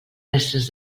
mestres